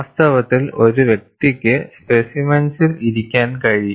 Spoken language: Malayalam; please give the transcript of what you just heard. വാസ്തവത്തിൽ ഒരു വ്യക്തിക്ക് സ്പെസിമെൻസിൽ ഇരിക്കാൻ കഴിയും